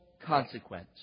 consequence